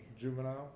Juvenile